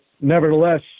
nevertheless